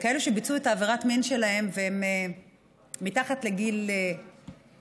בכאלה שביצעו את עבירת המין שלהם כשהם מתחת לגיל 19,